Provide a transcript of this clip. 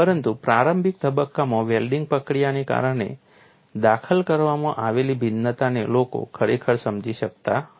પરંતુ પ્રારંભિક તબક્કામાં વેલ્ડિંગ પ્રક્રિયાને કારણે દાખલ કરવામાં આવેલી ભિન્નતાને લોકો ખરેખર સમજી શક્યા ન હતા